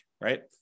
right